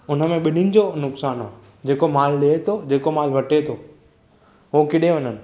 हुननि में ॿिनिनि जो नुक़सानु आहे जेको माल ॾे थो जेको माल वठे थो हू केॾे वञनि